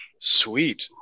Sweet